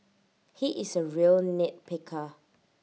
he is A real nit picker